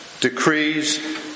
decrees